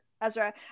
Ezra